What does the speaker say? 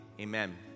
amen